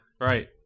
Right